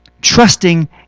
Trusting